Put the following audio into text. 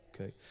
Okay